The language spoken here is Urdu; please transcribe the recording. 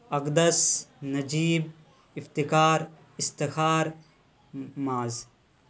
اقدس نجیب افتخار استخار معاذ